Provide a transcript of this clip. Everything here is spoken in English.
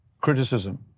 criticism